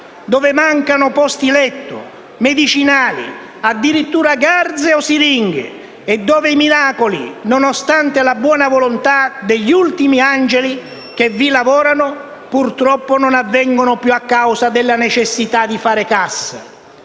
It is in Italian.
dove mancano posti letto, medicinali, addirittura garze o siringhe, e dove i miracoli, nonostante la buona volontà degli ultimi angeli che vi lavorano, purtroppo non avvengono più a causa della necessità di fare cassa.